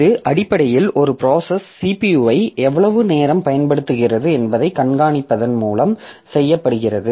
இது அடிப்படையில் ஒரு ப்ராசஸ் CPUஐ எவ்வளவு நேரம் பயன்படுத்தப்படுகிறது என்பதைக் கண்காணிப்பதன் மூலம் செய்யப்படுகிறது